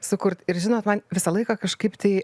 sukurt ir žinot man visą laiką kažkaip tai